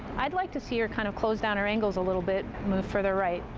i'd like to see her kind of close down her angles a little bit, move further right.